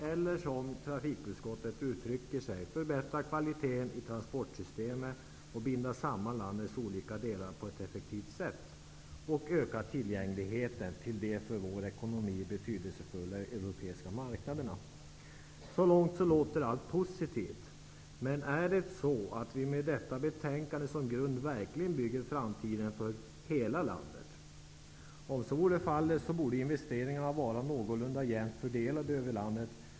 Eller som trafikutskottet uttrycker sig: förbättra kvaliteten i transportsystemet och binda samman landets olika delar på ett effektivt sätt samt öka tillgängligheten till de för vår ekonomi betydelsefulla europeiska marknaderna. Så långt låter allt positivt. Men är det så, att vi med detta betänkande som grund verkligen bygger framtiden för hela landet? Om så vore fallet, borde investeringarna vara någorlunda jämt fördelade över landet.